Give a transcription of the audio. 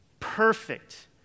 Perfect